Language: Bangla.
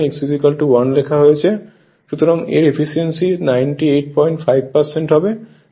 সুতরাং এর এফিসিয়েন্সি 985 হবে